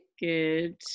Good